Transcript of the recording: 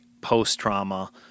post-trauma